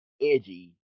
Edgy